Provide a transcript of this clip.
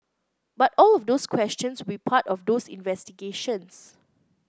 but all of those questions will part of those investigations